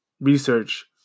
research